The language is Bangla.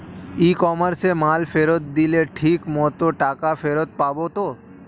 ই কমার্সে মাল ফেরত দিলে ঠিক মতো টাকা ফেরত পাব তো?